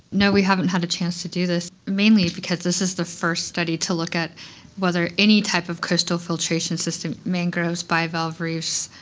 no, we haven't had a chance to do this, mainly because this is the first study to look at whether any type of coastal filtration system mangroves, bivalve reefs,